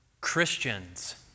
Christians